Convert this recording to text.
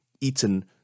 eaten